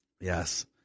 Yes